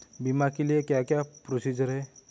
बीमा के लिए क्या क्या प्रोसीजर है?